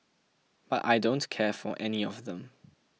but I don't care for any of them